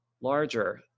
larger